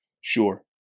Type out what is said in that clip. sure